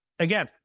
Again